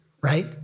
right